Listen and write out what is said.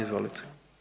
Izvolite.